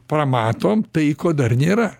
pamatom tai ko dar nėra